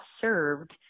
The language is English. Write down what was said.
served